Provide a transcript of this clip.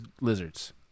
lizards